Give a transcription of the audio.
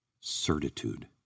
Certitude